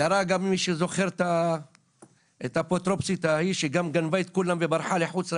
מי שזוכר את האפוטרופוסית שגם גנבה את כולם וברחה לחוץ לארץ,